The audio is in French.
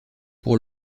pour